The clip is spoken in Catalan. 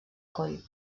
coll